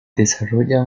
desarrolla